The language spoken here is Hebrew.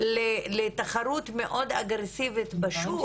לתחרות מאוד אגרסיבית בשוק,